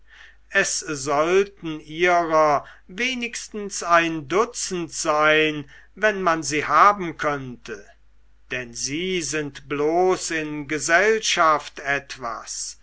es sollten ihrer wenigstens ein dutzend sein wenn man sie haben könnte denn sie sind bloß in gesellschaft etwas